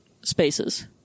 spaces